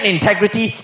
integrity